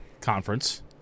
conference